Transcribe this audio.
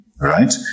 right